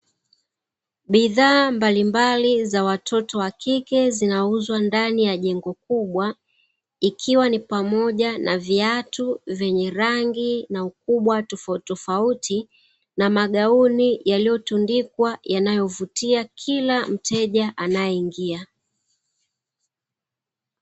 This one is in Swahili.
Bidhaa mbalimbali za watoto wa kike zinauzwa ndani ya jengo kubwa, ikiwa ni pamoja na viatu vyenye rangi na ukubwa tofautitofauti na magauni yaliyotundikwa yanayovutia kila mteja anayeingia.